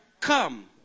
come